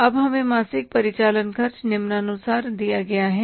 अब हमें मासिक परिचालन खर्च निम्नानुसार दिया गया है